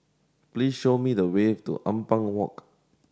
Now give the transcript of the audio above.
please show me the way to Ampang Walk